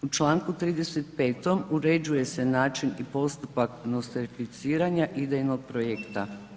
U čl. 35. uređuje se način i postupak nostrificiranja idejnog projekta.